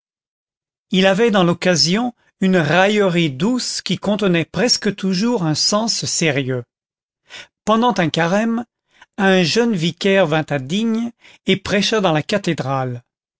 il avait dans l'occasion une raillerie douce qui contenait presque toujours un sens sérieux pendant un carême un jeune vicaire vint à digne et prêcha dans la cathédrale